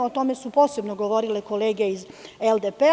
O tome su posebno govorile kolege iz LDP.